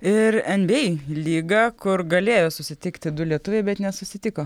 ir en by ei lyga kur galėjo susitikti du lietuviai bet nesusitiko